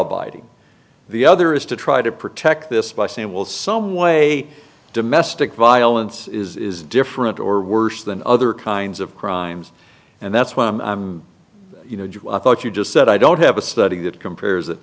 abiding the other is to try to protect this by saying well some way domestic violence is different or worse than other kinds of crimes and that's why you know i thought you just said i don't have a study that compares